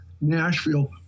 nashville